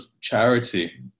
charity